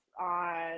on